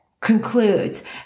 concludes